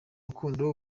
rukundo